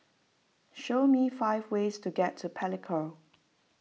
show me five ways to get to Palikir